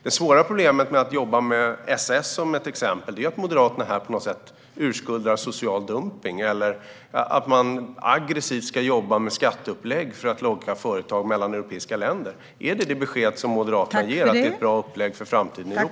Det svåra problemet med att ta SAS som exempel är att Moderaterna på något sätt urskuldar social dumpning eller detta att jobba aggressivt med skatteupplägg för att locka företag mellan europeiska länder. Är det Moderaternas besked att det är ett bra upplägg för framtiden i Europa?